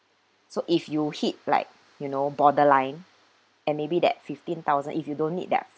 so if you hit like you know borderline and maybe that fifteen thousand if you don't need that